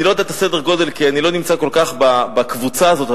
אני לא יודע את סדר הגודל כי אני לא נמצא כל כך בקבוצה הזאת,